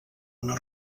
una